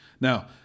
Now